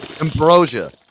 Ambrosia